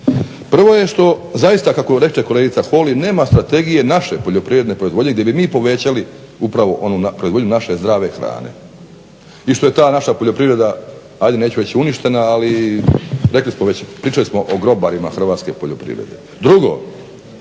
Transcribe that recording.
Prvo je što zaista kako reče kolegica Holy nema strategije naše poljoprivredne proizvodnje gdje bi mi povećali upravo proizvodnju naše zdrave hrane. I što je ta naša poljoprivreda ajde neću reći uništena ali rekli smo već, pričali smo o grobarima hrvatske poljoprivrede.